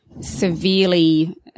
severely